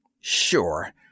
Sure